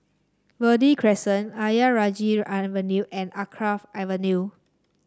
Verde Crescent Ayer Rajah Avenue and Alkaff Avenue